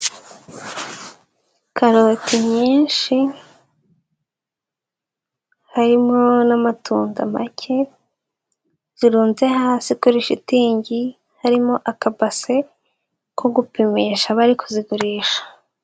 Karoti nyinshi harimo n'amatunda make, zirunze hasi kuri shitingi harimo akabase ko gupimisha bari kuzigurisha.